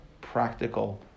practical